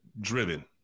driven